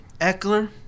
Eckler